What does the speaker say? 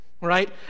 right